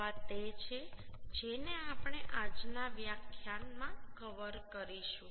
તો આ તે છે જેને આપણે આજનાવ્યાખ્યાનકવર કરીશું